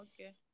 Okay